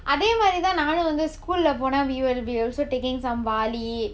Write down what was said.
அதே மாரி தான் நானும் வந்து:athae maari thaan naanum vanthu school lah போனா:ponaa we will be also taking some வாளி:vaali